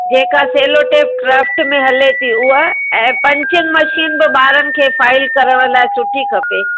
जेका sellotape craft में हले थी उहा ऐं पंचिंग मशीन बि ॿारनि खे फाईल करण लाइ सुठी खपे